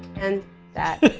and that.